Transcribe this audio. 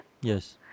Yes